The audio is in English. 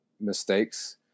mistakes